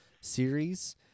series